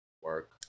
work